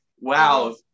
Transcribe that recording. wow